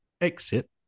exit